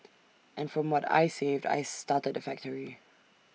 and from what I saved I started the factory